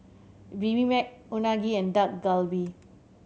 Bibimbap Unagi and Dak Galbi